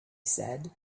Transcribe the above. said